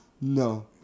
No